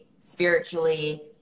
spiritually